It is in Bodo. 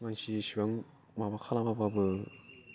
मानसि एसेबां माबा खालामाबाबो